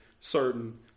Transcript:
certain